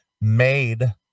made